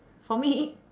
for me